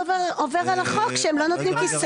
בבקשה.